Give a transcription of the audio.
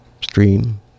stream